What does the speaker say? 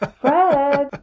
Fred